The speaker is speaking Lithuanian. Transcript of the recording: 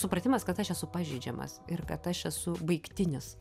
supratimas kad aš esu pažeidžiamas ir kad aš esu baigtinis